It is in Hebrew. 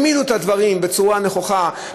הם העמידו את הדברים בצורה נכוחה,